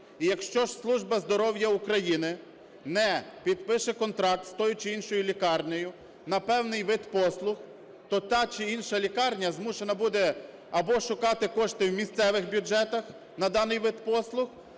І якщо служба здоров'я України не підпише контракт з тією чи іншою лікарнею на певний вид послуг, то та чи інша лікарня змушена буде або шукати кошти в місцевих бюджетах на даний вид послуг,